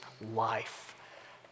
life